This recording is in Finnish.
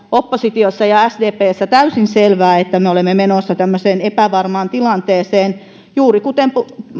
oppositiossa ja sdpssä täysin selvää että me olemme menossa tämmöiseen epävarmaan tilanteeseen juuri kuten